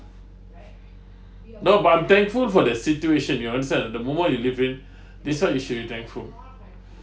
no but I'm thankful for that situation you understand the moment you live in this what you should be thankful